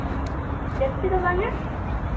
ᱡᱟᱹᱥᱛᱤ ᱫᱚ ᱵᱟᱝᱼᱟ